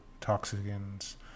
toxins